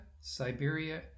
Siberia